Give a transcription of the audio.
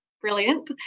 Brilliant